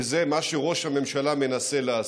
וזה מה שראש הממשלה מנסה לעשות.